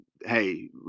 hey